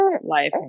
life